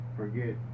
forget